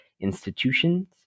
institutions